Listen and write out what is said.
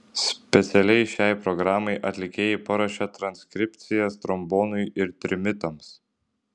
specialiai šiai programai atlikėjai paruošė transkripcijas trombonui ir trimitams